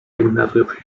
gimnazjów